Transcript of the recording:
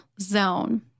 zone